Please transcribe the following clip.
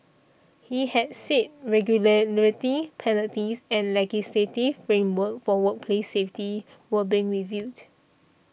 he had said regularity penalties and legislative framework for workplace safety were being reviewed